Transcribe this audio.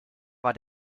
war